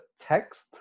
text